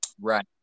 Right